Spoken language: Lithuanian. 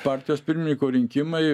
partijos pirminyko rinkimai